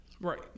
Right